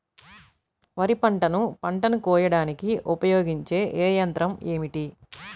వరిపంటను పంటను కోయడానికి ఉపయోగించే ఏ యంత్రం ఏమిటి?